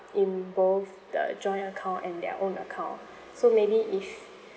in both the joint account and their own account so maybe if